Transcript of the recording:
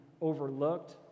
overlooked